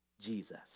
Jesus